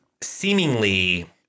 seemingly